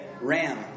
ram